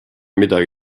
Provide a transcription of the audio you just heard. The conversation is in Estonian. midagi